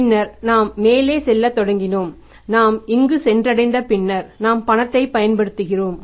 பின்னர் நாம் மேலே செல்லத் தொடங்கினோம் நாம் இங்கு சென்றடைந்த பின்னர் நாம் பணத்தைப் பயன்படுத்துகிறோம்